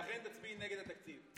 ולכן תצביעי נגד התקציב.